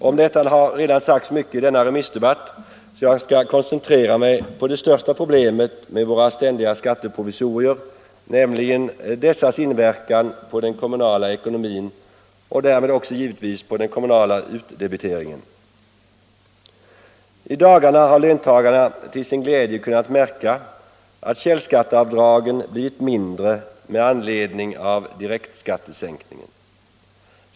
Om detta har redan sagts mycket i denna remissdebatt, så jag skall koncentrera mig på det största problemet med våra ständiga skatteprovisorier, nämligen dessas inverkan på den kommunala ekonomin och därmed också givetvis på den kommunala utdebiteringen. I dagarna har löntagarna till sin glädje kunnat märka att källskattavdragen blivit mindre med anledning av direktskattesänkningen.